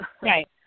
Right